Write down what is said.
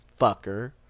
fucker